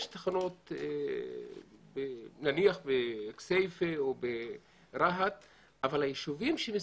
יש תחנות נניח בכסייפה או ברהט אבל הישובים שמסביב,